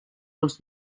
als